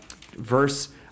verse